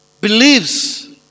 Believes